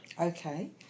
Okay